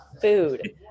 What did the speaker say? food